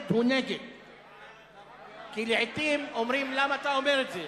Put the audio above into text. חבר הכנסת חיים כץ, נא לגשת למיקרופון בצד.